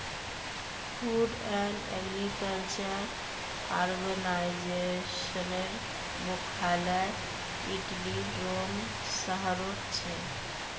food and agriculture आर्गेनाईजेशनेर मुख्यालय इटलीर रोम शहरोत छे